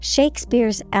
Shakespeare's